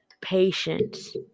Patience